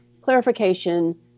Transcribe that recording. clarification